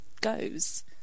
goes